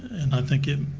and i think and